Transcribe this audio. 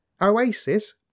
Oasis